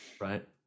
Right